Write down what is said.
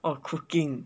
oh cooking